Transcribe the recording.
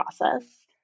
process